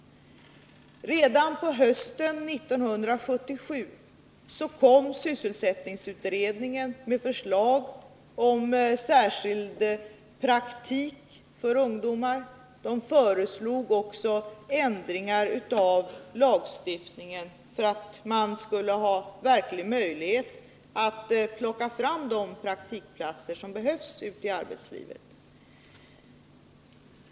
Redan på hösten 1977 kom sysselsättningsutredningen med ett förslag om särskild praktik för ungdomar. Man föreslog också ändringar i lagstiftningen för att ge verkliga möjligheter att plocka fram de praktikplatser som behövs i arbetslivet.